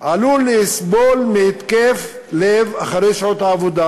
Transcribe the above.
עלול לסבול מהתקף לב אחרי שעות העבודה,